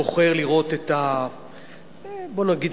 בוחר לראות את בוא נגיד,